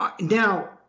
Now